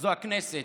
זו הכנסת.